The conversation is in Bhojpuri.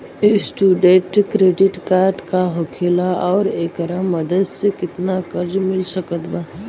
स्टूडेंट क्रेडिट कार्ड का होखेला और ओकरा मदद से केतना कर्जा मिल सकत बा?